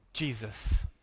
Jesus